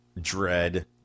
dread